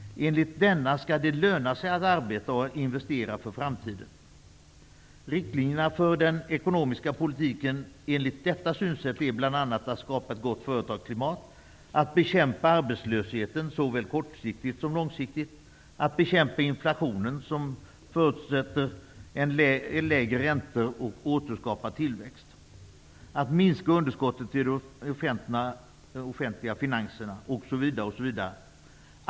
Enligt denna skall det löna sig att arbeta och att investera för framtiden. Riktlinjerna för den ekonomiska politiken enligt detta synsätt är bl.a.: Att skapa ett gott företagsklimat. Att bekämpa arbetslösheten såväl kortsiktigt som långsiktigt. Att bekämpa inflationen som förutsättning för lägre räntor och återskapad tillväxt. Att minska underskottet i de offentliga finanserna.